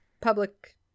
public